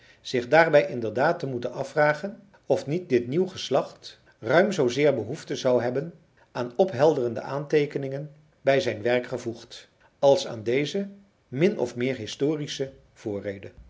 zich daarbij inderdaad te moeten afvragen of niet dit nieuw geslacht ruim zoo zeer behoefte zou hebben aan ophelderende aanteekeningen bij zijn werk gevoegd als aan deze min of meer historische voorrede